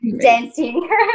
dancing